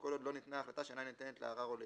כל עוד לא ניתנה החלטה שאינה ניתנת לערר או לערעור."